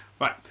Right